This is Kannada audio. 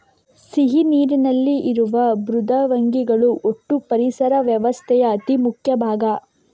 ಸಿಹಿ ನೀರಿನಲ್ಲಿ ಇರುವ ಮೃದ್ವಂಗಿಗಳು ಒಟ್ಟೂ ಪರಿಸರ ವ್ಯವಸ್ಥೆಯ ಅತಿ ಮುಖ್ಯ ಭಾಗ